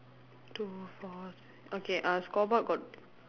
two four okay uh scoreboard got